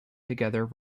together